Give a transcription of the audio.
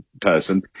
person